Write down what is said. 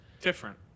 different